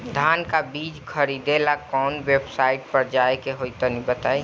धान का बीज खरीदे ला काउन वेबसाइट पर जाए के होई तनि बताई?